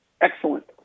Excellent